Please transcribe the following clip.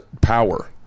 power